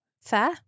Fair